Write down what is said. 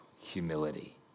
humility